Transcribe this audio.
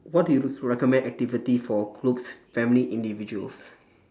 what do you recommend activity for groups family individuals